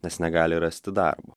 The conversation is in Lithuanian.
nes negali rasti darbo